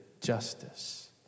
justice